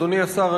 אדוני השר,